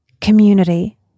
community